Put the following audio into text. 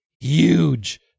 huge